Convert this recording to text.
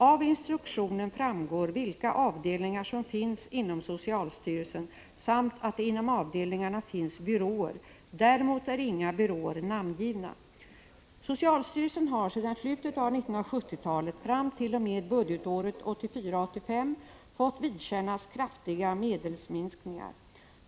Av instruktionen framgår vilka avdelningar som finns inom socialstyrelsen samt att det inom avdelningarna finns byråer. Däremot är inga byråer namngivna. Socialstyrelsen har sedan slutet av 1970-talet fram t.o.m. budgetåret 1984/85 fått vidkännas kraftiga medelsminskningar.